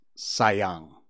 Sayang